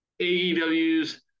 AEW's